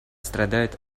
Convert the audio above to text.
страдает